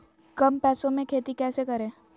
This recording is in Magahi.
कम पैसों में खेती कैसे करें?